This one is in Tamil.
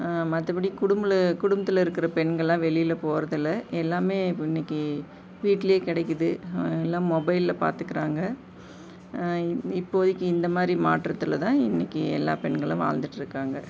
மற்றபடி குடும்பல குடும்பத்தில் இருக்கிற பெண்கள்லாம் வெளியில் போறதுல்லை எல்லாமே இப்போ இன்றைக்கி வீட்டிலையே கிடைக்கிது எல்லாம் மொபைலில் பார்த்துக்குறாங்க இந் இப்போதைக்கு இந்த மாதிரி மாற்றத்தில் தான் இன்றைக்கி எல்லா பெண்களும் வாழ்ந்துகிட்டுருக்காங்க